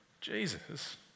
Jesus